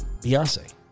beyonce